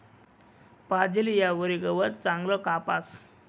पाजेल ईयावरी गवत चांगलं कापास